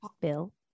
bill